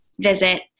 visit